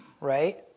right